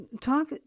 Talk